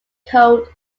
cold